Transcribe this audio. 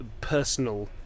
personal